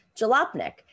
jalopnik